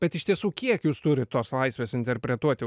bet iš tiesų kiek jūs turit tos laisvės interpretuoti